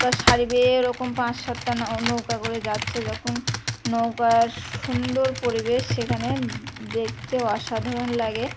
নৌকা সারি বেয়ে এরকম পাঁস সাতটা নৌ নৌকা করে যাচ্ছে যখন নৌকা সুন্দর পরিবেশ সেখানে দেখতেও অসাধারণ লাগে